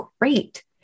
great